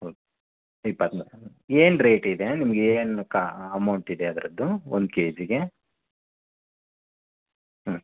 ಹೌದು ಇಪ್ಪತ್ತನೇ ಏನು ರೇಟ್ ಇದೆ ನಿಮಗೆ ಏನು ಕಾ ಅಮೌಂಟ್ ಇದೆ ಅದರದ್ದು ಒಂದು ಕೆಜಿಗೆ